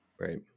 Right